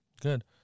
Good